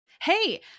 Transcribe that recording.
Hey